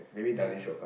ya